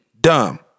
Dumb